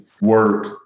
work